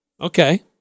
Okay